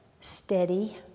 steady